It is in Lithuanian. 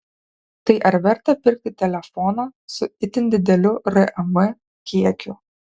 tai ar verta pirkti telefoną su itin dideliu ram kiekiu